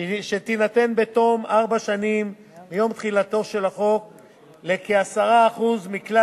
שתינתן בתום ארבע שנים מיום תחילתו של החוק לכ-10% מכלל